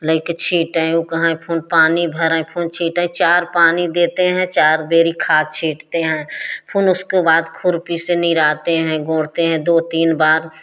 लइके छींटएँ उ कहएँ फिर पानी भरयँ फिर छीटयँ चार पानी देते हैं चार बेरी खाद छीटते हैं फिर उसके बाद खुरपी से निराते हैं गोड़ते हैं दो तीन बार